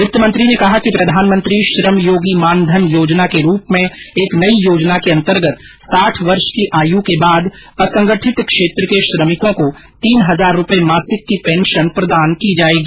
वित्तमंत्री ने कहा कि प्रधानमंत्री श्रम योगी मानधन योजना के रूप में एक नई योजना के अंतर्गत साठ वर्ष की आय के बाद असंगठित क्षेत्र के श्रमिकों को तीन हजार रूपये मासिक की पेंशन प्रदान की जायेगी